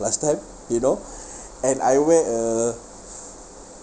last time you know and I wear a